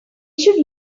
should